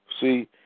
See